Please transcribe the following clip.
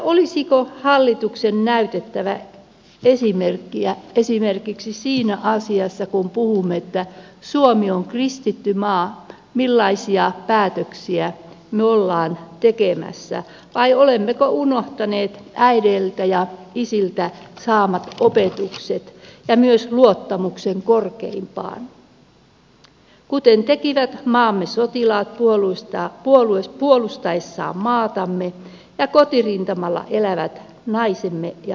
olisiko hallituksen näytettävä esimerkkiä esimerkiksi siinä asiassa kun puhumme että suomi on kristitty maa millaisia päätöksiä me olemme tekemässä vai olemmeko unohtaneet äideiltä ja isiltä saadut opetukset ja myös luottamuksen korkeimpaan kuten tekivät maamme sotilaat puolustaessaan maatamme ja kotirintamalla elävät naisemme ja lapsemme